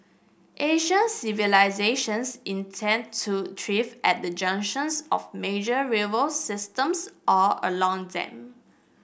ancient civilisations intended to thrive at the junctions of major river systems or along them